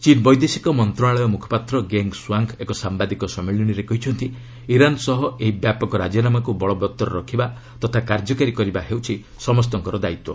ଚୀନ୍ ବୈଦେଶିକ ମନ୍ତ୍ରଣାଳୟ ମୁଖପାତ୍ର ଗେଙ୍ଗ୍ ସୁଆଙ୍ଗ୍ ଏକ ସାମ୍ବାଦିକ ସମ୍ମିଳନୀରେ କହିଛନ୍ତି ଇରାନ୍ ସହ ଏହି ବ୍ୟାପକ ରାଜୀନାମାକୁ ବଳବତ୍ତର ରଖିବା ତଥା କାର୍ଯ୍ୟକାରୀ କରିବା ହେଉଛି ସମସ୍ତଙ୍କର ଦାୟିତ୍ୱ